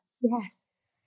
Yes